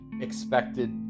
expected